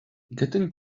getting